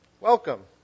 welcome